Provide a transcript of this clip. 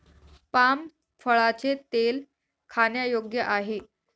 palm फळाचे तेल खाण्यायोग्य आहे